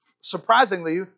Surprisingly